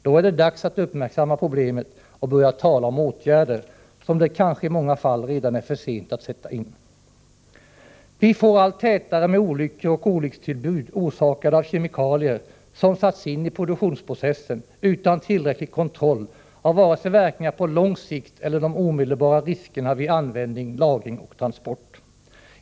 Då är det dags att uppmärksamma problemet och börja tala om åtgärder, som det kanske i många fall redan är för sent att sätta in. Vi får med allt tätare mellanrum olyckor och olyckstillbud, orsakade av kemikalier som satts in i produktionsprocessen utan tillräcklig kontroll av vare sig verkningarna på lång sikt eller de omedelbara riskerna vid användning, lagring och transport.